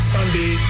Sunday